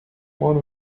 one